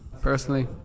personally